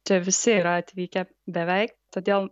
čia visi yra atvykę beveik todėl